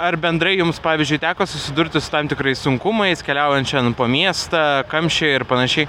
ar bendrai jums pavyzdžiui teko susidurti su tam tikrais sunkumais keliaujant šiandien po miestą kamščiai ir panašiai